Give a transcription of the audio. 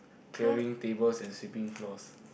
clearing tables and sweeping floors